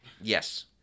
Yes